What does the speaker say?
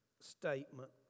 statement